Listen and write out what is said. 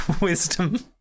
wisdom